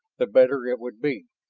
the better it would be.